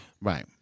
Right